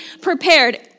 prepared